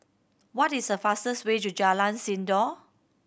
what is the fastest way to Jalan Sindor